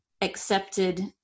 accepted